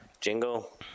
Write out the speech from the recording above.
jingle